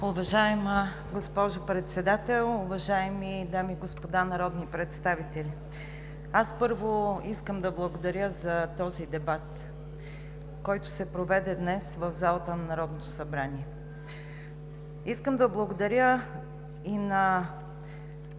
Уважаема госпожо Председател, уважаеми дами и господа народни представители! Първо, искам да благодаря за този дебат, който се проведе днес в залата на Народното събрание. Искам да благодаря на